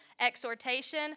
exhortation